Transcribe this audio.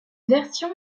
version